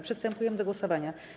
Przystępujemy do głosowania.